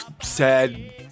sad